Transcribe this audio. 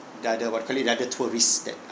the other what you call it the other tourists that